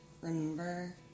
remember